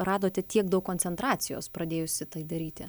radote tiek daug koncentracijos pradėjusi tai daryti